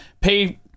pay